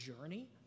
journey